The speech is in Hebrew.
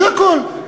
זה הכול,